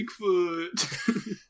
Bigfoot